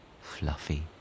fluffy